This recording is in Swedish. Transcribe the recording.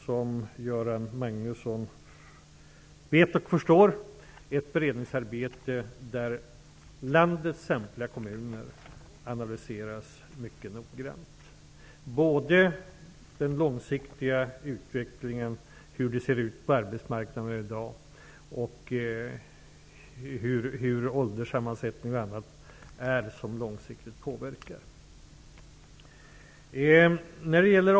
Som Göran Magnusson vet pågår det ett beredningsarbete där landets samtliga kommuner analyseras mycket noggrant. Man tittar på den långsiktiga utvecklingen, hur arbetsmarknaden i dag ser ut och hur ålderssammansättning och annat påverkar situationen.